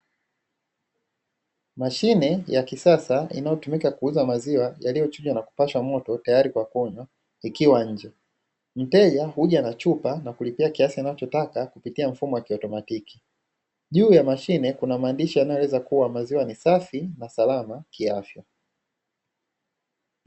Mashine ya kisasa inayotumika kuuza maziwa yaliyochujwa na kupashwa moto tayari kwa kunywa, ikiwa nje. Mteja huja na chupa na kulipia kiasi anachotaka kupitia mfumo wa kiautomatiki. Juu ya mashine kuna maandishi yanayoweza kuwa, "maziwa ni safi na salama kiafya".